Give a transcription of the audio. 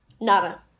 Nada